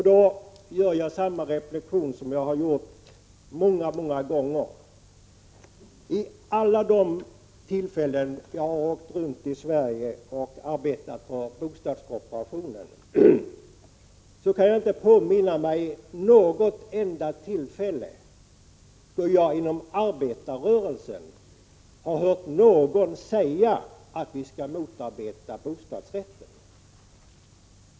Då gör jag samma reflexion som jag har gjort många gånger, vid alla de tillfällen jag har åkt runt i Sverige och arbetat för bostadskooperationen. Jag kan inte påminna mig något enda tillfälle då jag inom arbetarrörelsen har hört någon säga att vi skall motarbeta bostadsrätten.